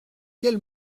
quel